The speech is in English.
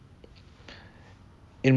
they are people who go out there and hunt people who